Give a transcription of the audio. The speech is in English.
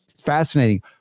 fascinating